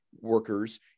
workers